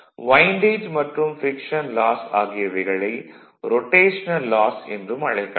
windage மற்றும் friction loss ஆகியவைகளை rotational loss என்றும் அழைக்கலாம்